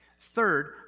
Third